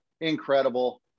incredible